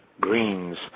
greens